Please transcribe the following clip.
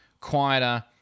quieter